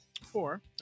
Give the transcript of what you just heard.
Four